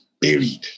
buried